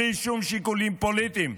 בלי שום שיקולים פוליטיים.